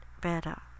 better